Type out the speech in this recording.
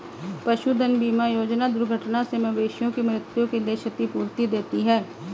पशुधन बीमा योजना दुर्घटना से मवेशियों की मृत्यु के लिए क्षतिपूर्ति देती है